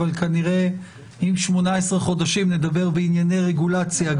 אבל כנראה אם 18 חודשים נדבר בענייני רגולציה,